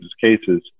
cases